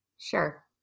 sure